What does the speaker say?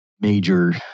major